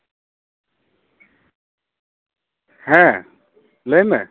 ᱦᱮᱸ ᱞᱟᱹᱭᱢᱮ